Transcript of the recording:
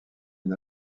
une